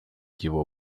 его